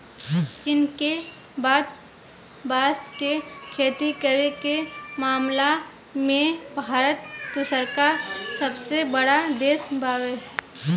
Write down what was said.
चीन के बाद बांस के खेती करे के मामला में भारत दूसरका सबसे बड़ देश बावे